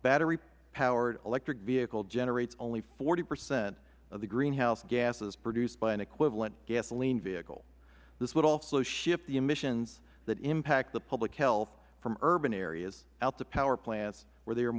battery powered electric vehicle generates forty percent of the greenhouse gases produced by an equivalent gasoline vehicle this would shift the emissions that impact the public health from urban areas out to power plants where they are